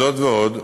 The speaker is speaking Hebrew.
זאת ועוד,